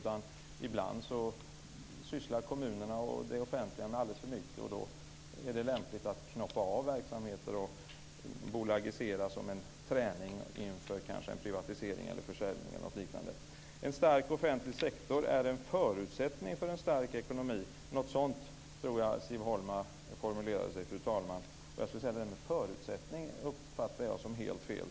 Men ibland sysslar kommunerna och det offentliga med alldeles för mycket och då är det lämpligt att knoppa av verksamheter och bolagisera som en träning inför en privatisering, försäljning eller något liknande. En stark offentlig sektor är en förutsättning för en stark ekonomi - något sådant, fru talman, tror jag att Siw Holma sade. Jag skulle vilja säga att det där med förutsättning uppfattar jag som helt fel.